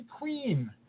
queen